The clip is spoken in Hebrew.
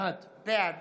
בעד